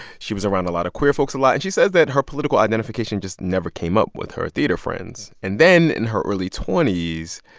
she was around a lot of queer folks a lot. and she says that her political identification just never came up with her theater friends. and then in her early twenty s,